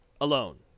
Alone